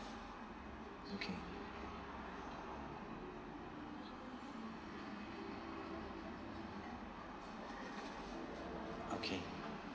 okay okay